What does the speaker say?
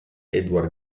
edward